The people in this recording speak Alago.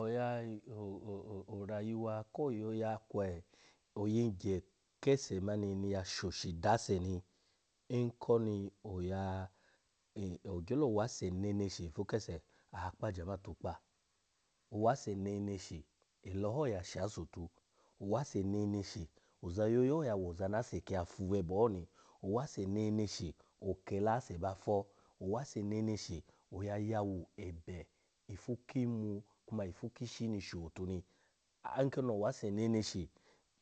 Oya o-o orayuwa ko yoya kwe oyingye kese mani ni ya shoshi dase ni nkoni oya n-ogyolo wase neneshi ipu kese akpa jama tukpa, owase neneshi ela ho ya sha ase otu owase neneshi oza yoya ho ya woza na ase ki fu bwebe ho ni, owase neneshi okela ase ba fo, owase neneshi oya yawu ebe ifu kimu kuma ifu kishi ni sho otu ni a-nkino owase neneshi